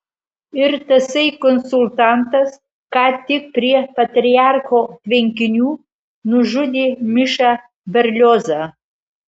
ir tasai konsultantas ką tik prie patriarcho tvenkinių nužudė mišą berliozą